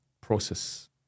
process